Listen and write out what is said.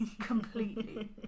completely